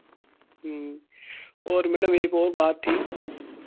और मेडम एक और बात थी